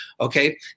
okay